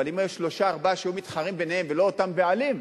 אבל אם היו שלושה-ארבעה שהיו מתחרים ביניהם ולא אותם בעלים,